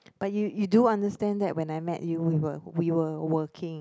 but you you do understand that when I met you we were we were working